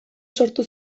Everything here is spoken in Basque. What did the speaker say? sortu